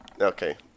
Okay